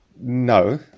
No